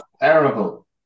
terrible